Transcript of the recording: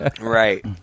right